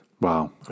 Wow